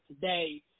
today